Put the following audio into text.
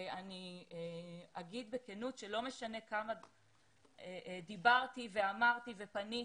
ואני אגיד בכנות שלא משנה כמה דיברתי ואמרתי ופניתי,